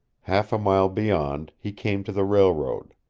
half a mile beyond he came to the railroad.